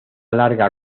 larga